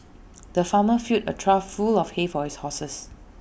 the farmer filled A trough full of hay for his horses